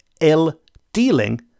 ill-dealing